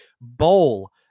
bowl